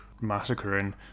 massacring